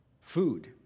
Food